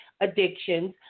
addictions